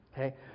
Okay